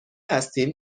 هستیم